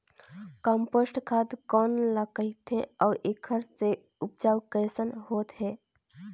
Compost खाद कौन ल कहिथे अउ एखर से उपजाऊ कैसन होत हे?